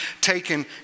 taken